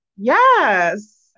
yes